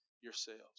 yourselves